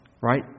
right